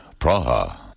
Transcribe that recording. Praha